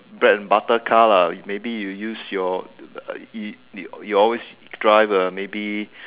bread and butter car lah maybe you use your uh you you always drive a maybe